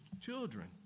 children